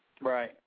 Right